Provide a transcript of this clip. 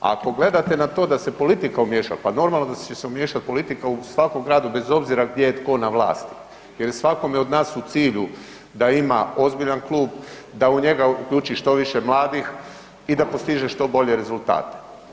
Ako gledate na to da se politika umiješa, pa normalno da će se umiješati politika u svakom gradu bez obzira gdje je tko na vlasti jer je svakome od nas u cilju da ima ozbiljan klub, da u njega uključi što više mladih i da postiže što bolji rezultat.